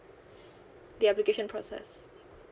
the application process